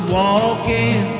walking